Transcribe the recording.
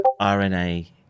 RNA